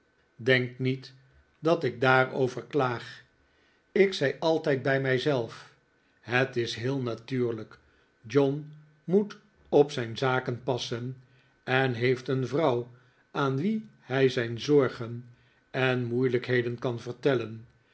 denk niet dat ik daarover klaag ik zei altijd bij mij zelf het is heel natuurlijk john moet op zijn zaken passen en heeft een vrouw aan wie hij zijn zorgen en moeilijkheden kan vertellen